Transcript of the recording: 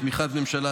בתמיכת הממשלה,